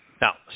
Now